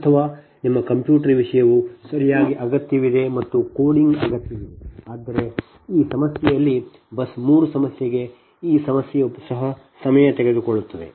ಅಥವಾ ನಿಮ್ಮ ಕಂಪ್ಯೂಟರ್ ವಿಷಯವು ಸರಿಯಾಗಿ ಅಗತ್ಯವಿದೆ ಮತ್ತು ಕೋಡಿಂಗ್ ಅಗತ್ಯವಿದೆ ಆದರೆ ಈ ಸಮಸ್ಯೆಯಲ್ಲಿ 3 ಬಸ್ ಸಮಸ್ಯೆಗೆ ಈ ಸಮಸ್ಯೆಯು ಸಹ ಸಮಯ ತೆಗೆದುಕೊಳ್ಳುತ್ತದೆ